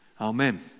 Amen